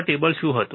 table શું હતું